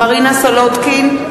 חנא סוייד, נגד מרינה סולודקין,